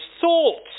thoughts